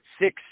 six